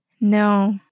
no